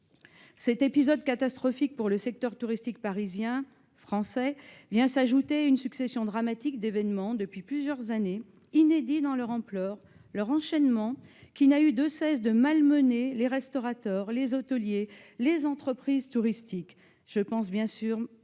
Cet épisode catastrophique pour le secteur touristique parisien et français en général vient s'ajouter à une succession dramatique, depuis plusieurs années, d'événements inédits dans leur ampleur et leur enchaînement et qui n'ont eu de cesse de malmener les restaurateurs, les hôteliers, les entreprises touristiques- je pense bien sûr aux